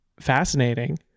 fascinating